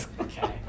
Okay